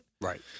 Right